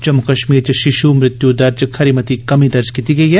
जम्मू कश्मीर च शिशु मृत्यु दर च खरी मती कमीं दर्ज कीती गेई ऐ